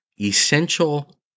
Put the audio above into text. essential